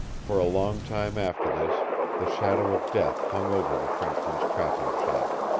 for a long time after this the shadow of death hung over the frenchman's trapping-shack.